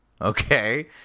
Okay